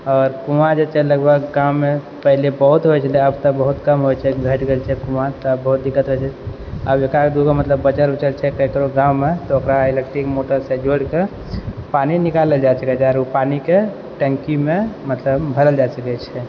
आओर कुआँ जे छै लगभग गाँवमे पहिले बहुत होइ छलै आब तऽ बहुत कम होइ छै तऽ बहुत दिक्कत हय छै आब एक आध दूगो मतलब बचल उचल छै ककरो गाँवमे तऽ एकरो इलेक्ट्रिक मोटरसँ जोड़िके पानि निकालल जाइ पानिके टङ्कीमे मतलब भरल जा सकै छै